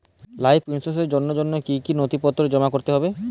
Life ইন্সুরেন্সর জন্য জন্য কি কি নথিপত্র জমা করতে হবে?